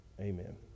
amen